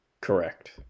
Correct